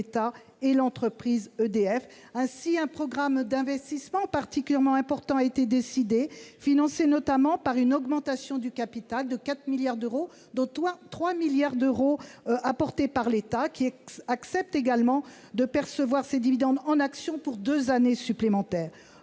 et l'entreprise. Ainsi, un programme d'investissements particulièrement important a été décidé, financé notamment par une augmentation du capital de 4 milliards d'euros, dont 3 milliards apportés par l'État, qui accepte également de percevoir ses dividendes en actions pour deux années supplémentaires.